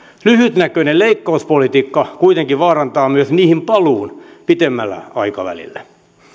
lyhytnäköinen leikkauspolitiikka kuitenkin vaarantaa myös niihin paluun pitemmällä aikavälillä